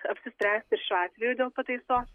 apsispręsti ir šiuo atveju dėl pataisos